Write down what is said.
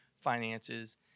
finances